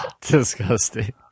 disgusting